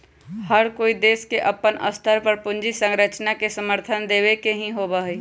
हर कोई देश के अपन स्तर पर पूंजी संरचना के समर्थन देवे के ही होबा हई